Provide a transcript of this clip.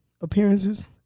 appearances